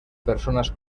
personas